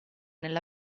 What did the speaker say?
nella